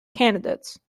candidates